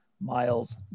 Miles